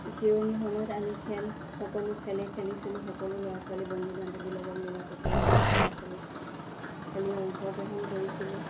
জিৰণি সময়ত আমি খেল সকলো খেলেই খেলিছিলোঁ সকলো ল'ৰা ছোৱালী বন্ধু বান্ধৱীৰ লগত মিলাপ্ৰীতিৰে খেল খেলিছিলোঁ খেলি অংশগ্ৰহণ কৰিছিলোঁ